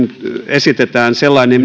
esitetään sellainen